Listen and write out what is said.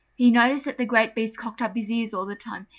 he noticed that the great beast cocked up his ears all the time,